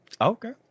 Okay